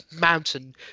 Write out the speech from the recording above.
mountain